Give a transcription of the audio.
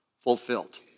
fulfilled